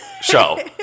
show